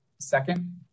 Second